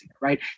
right